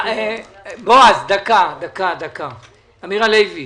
אני שואל את אמיר הלוי.